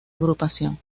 agrupación